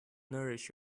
nourish